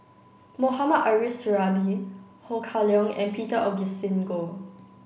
Mohamed Ariff Suradi Ho Kah Leong and Peter Augustine Goh